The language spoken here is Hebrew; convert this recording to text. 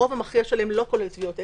הרוב המכריע שלהם לא כולל טביעות אצבע.